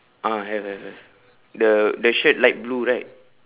ah have have have the the shirt light blue right